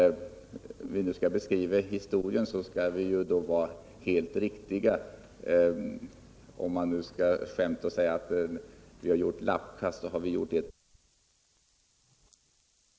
Om vi nu skall beskriva historien, så tycker jag att vi skall göra det helt korrekt. Och om man vill skämta och säga att vi här har gjort lappkast, så har vi i så fall gjort var sitt. Men faktum kvarstår att vi har skaffat fram 20 nya tjänster.